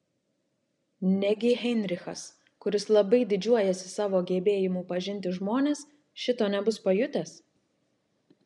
negi heinrichas kuris labai didžiuojasi savo gebėjimu pažinti žmones šito nebus pajutęs